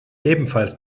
ebenfalls